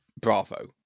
Bravo